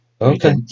Okay